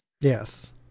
Yes